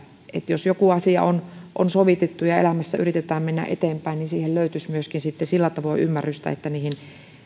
että jos joku asia on on sovitettu ja elämässä yritetään mennä eteenpäin niin siihen löytyisi sitten myöskin sillä tavoin ymmärrystä että niihin